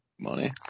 money